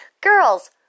Girls